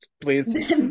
please